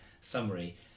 summary